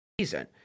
season